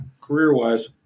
career-wise